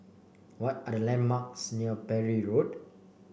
what are the landmarks near Parry Road